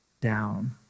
down